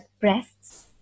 breasts